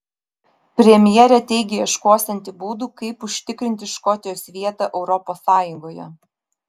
premjerė teigia ieškosianti būdų kaip užtikrinti škotijos vietą europos sąjungoje